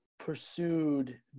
pursued